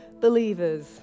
believers